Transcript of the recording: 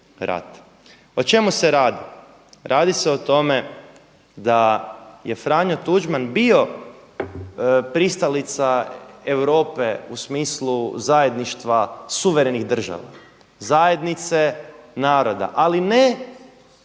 O čemu se radi? Radi se o tome da je Franjo Tuđman bio pristalica Europe u smislu zajedništva suverenih država zajednice naroda ali ne